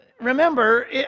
remember